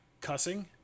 cussing